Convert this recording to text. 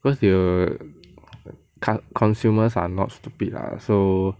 because you can't consumers are not stupid lah so